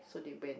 so they went